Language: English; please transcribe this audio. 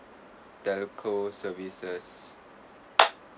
telco services